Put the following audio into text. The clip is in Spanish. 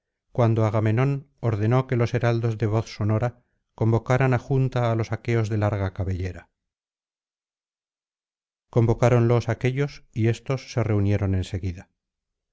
cuando agamenón ordenó que los heraldos de voz sonora convocaran á junta á los aqueos de larga cabellera convocáronlos aquéllos y éstos se reunieron en